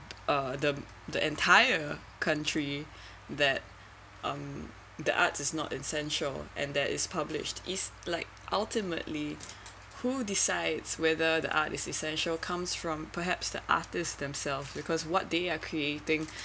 uh the the entire country that um the arts is not essential and there is published is like ultimately who decides whether the arts is essential comes from perhaps the artists themselves because what they are creating